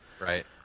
Right